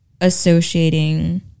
associating